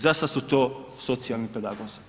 Za sada su to socijalni pedagozi.